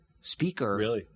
speaker